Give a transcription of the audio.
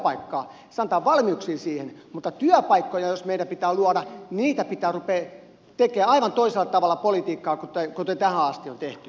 se antaa valmiuksia siihen mutta jos meidän pitää työpaikkoja luoda niin pitää ruveta tekemään aivan toisella tavalla politiikkaa kuin tähän asti on tehty